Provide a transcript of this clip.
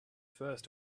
first